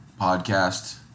podcast